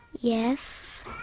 Yes